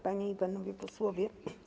Panie i Panowie Posłowie!